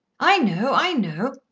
i know, i know.